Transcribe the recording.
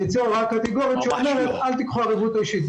לא לקחת ערבות אישית.